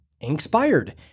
Inspired